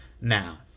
now